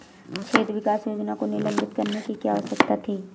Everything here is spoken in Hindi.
क्षेत्र विकास योजना को निलंबित करने की क्या आवश्यकता थी?